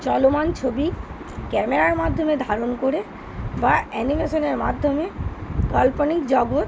চলমান ছবি ক্যামেরার মাধ্যমে ধারণ করে বা অ্যানিমেশনের মাধ্যমে কাল্পনিক জগৎ